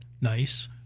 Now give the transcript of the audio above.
Nice